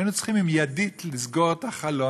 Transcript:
היינו צריכים עם ידית לסגור את החלון,